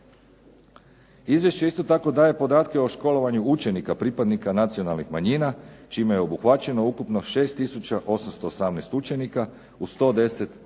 Izvješće isto tako daje podatke o školovanju učenika pripadnika nacionalnih manjina čime je obuhvaćeno ukupno 6828 učenika u 110 osnovnih